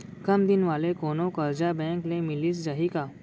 कम दिन वाले कोनो करजा बैंक ले मिलिस जाही का?